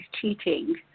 cheating